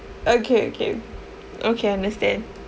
okay okay okay understand